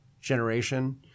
generation